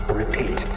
repeat